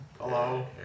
Hello